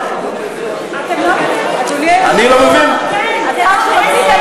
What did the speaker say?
אדוני היושב-ראש,